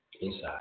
inside